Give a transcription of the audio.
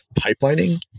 pipelining